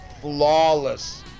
Flawless